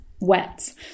wets